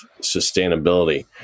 sustainability